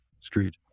street